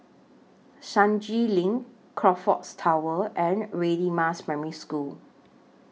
Senja LINK Crockfords Tower and Radin Mas Primary School